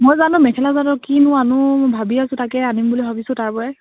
মই জানো মেখেলা চাদৰ কিনো আনো মই ভাবি আছোঁ তাকেই আনিম বুলি ভাবিছোঁ তাৰপৰাই